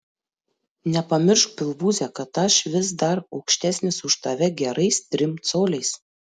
nepamiršk pilvūze kad aš vis dar aukštesnis už tave gerais trim coliais